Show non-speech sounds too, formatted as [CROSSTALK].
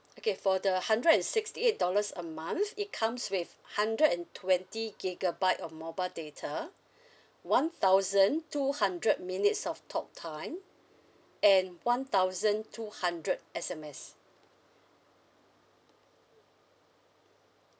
okay for the hundred and sixty eight dollars a month it comes with hundred and twenty gigabyte of mobile data [BREATH] one thousand two hundred minutes of talk time and one thousand two hundred S_M_S